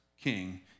king